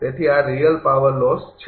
તેથી આ real power loss છે